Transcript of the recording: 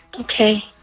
Okay